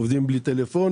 עובדים בלי טלפונים,